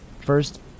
First